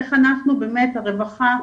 ואיך אנחנו באמת הרווחה